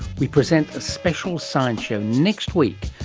we present a special science show next week.